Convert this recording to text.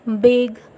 Big